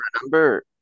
remember